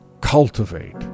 Cultivate